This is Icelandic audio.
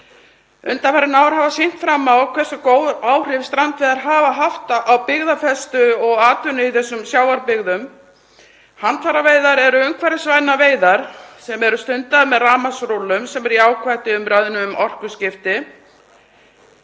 Undanfarin ár hafa sýnt fram á hversu góð áhrif strandveiðar hafa haft á byggðafestu og atvinnu í þessum sjávarbyggðum. Handfæraveiðar eru umhverfisvænar veiðar sem eru stundaðar með rafmagnsrúllum sem er jákvætt í umræðunni um orkuskipti.